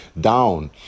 down